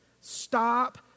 Stop